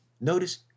Notice